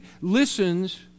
listens